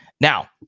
Now